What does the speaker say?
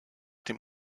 dem